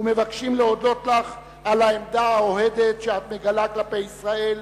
ומבקשים להודות לך על העמדה האוהדת שאת מגלה כלפי ישראל,